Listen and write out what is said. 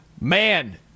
Man